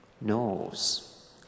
knows